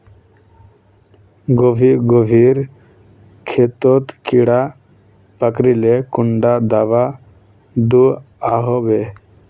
गोभी गोभिर खेतोत कीड़ा पकरिले कुंडा दाबा दुआहोबे?